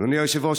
אדוני היושב-ראש,